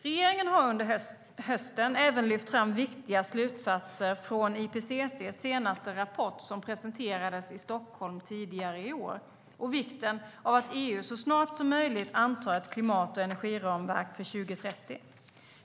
Regeringen har under hösten även lyft fram viktiga slutsatser från IPCC:s senaste rapport, som presenterades i Stockholm tidigare i år, och vikten av att EU så snart som möjligt antar ett klimat och energiramverk för 2030.